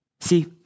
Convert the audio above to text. See